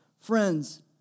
friends